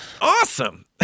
awesome